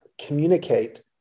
communicate